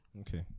okay